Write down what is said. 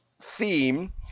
theme